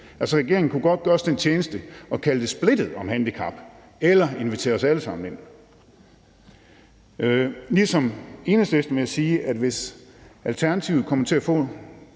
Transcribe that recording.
Regeringen kunne godt gøre os den tjeneste at kalde det »Splittet om handicap« eller invitere os alle sammen ind. Ligesom Enhedslisten vil jeg sige, at hvis Alternativet kommer til at få